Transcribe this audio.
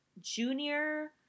junior